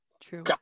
True